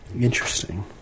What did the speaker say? Interesting